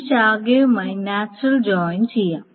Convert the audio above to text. അത് ശാഖയുമായി natural join ചെയ്യാം